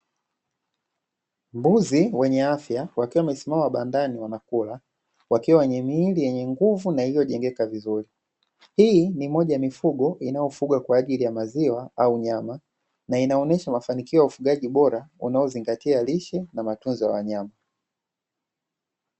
Mbuzi wenye afya wakiwa wamesimama bandani, wanakula, wakiwa wenye miili yenye nguvu na iliyojengeka vizuri. Hii ni moja ya mifugo inayofugwa kwa ajili ya maziwa au nyama, na inaonyesha mafanikio ya ufugaji bora, unaozingatia lishe na matunzo ya wanyama.